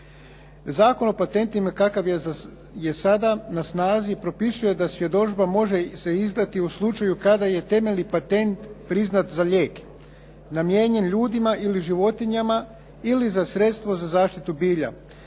Zakon o patentima kakav je sada na snazi propisuje da svjedodžba može se izdati u slučaju kada je temeljni patent priznat za lijek namijenjen ljudima ili životinjama ili za sredstvo za zaštitu bilja